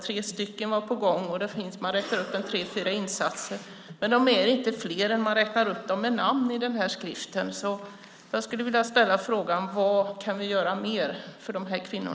Tre var på gång, och man räknar upp tre fyra insatser. Men de är inte fler än att man räknar upp dem med namn i denna skrift. Jag vill därför ställa frågan: Vad kan vi göra mer för dessa kvinnor?